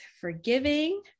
forgiving